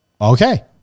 Okay